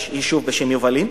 יש יישוב בשם יובלים,